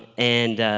and